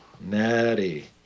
Natty